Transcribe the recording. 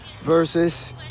versus